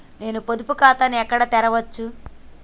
నేను పొదుపు ఖాతాను ఎక్కడ తెరవచ్చు?